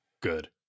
Good